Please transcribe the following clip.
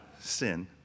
sin